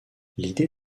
l’idée